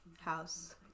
house